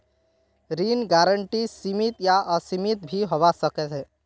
ऋण गारंटी सीमित या असीमित भी होवा सकोह